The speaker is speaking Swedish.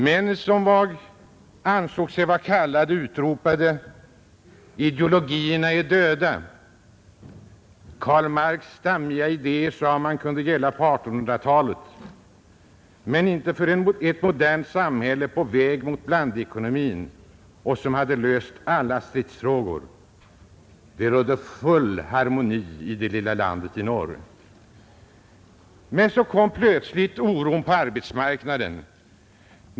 Män, som ansåg sig vara kallade, utropade: Ideologierna är döda! Karl Marx dammiga idéer, sade man, kunde gälla på 1800-talet men inte för ett modernt samhälle på väg mot blandekonomin och som hade löst alla stridsfrågor. Det rådde full harmoni i det lilla landet i norr. Men så kom plötsligt oron på arbetsmarknaden.